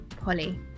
Polly